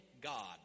God